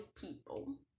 people